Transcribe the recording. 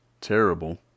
Terrible